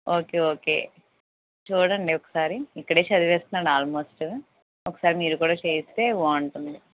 okay okay చూడండి ఒకసారి ఇక్కడే చదివేస్తున్నాడు ఆల్మోస్ట్ ఒకసారి మీరు కూడా చేయిస్తే బాగుంటుంది